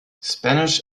spanish